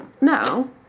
No